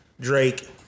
Drake